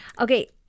Okay